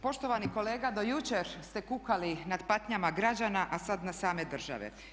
Poštovani kolega do jučer ste kukali nad patnjama građana, a sad na same države.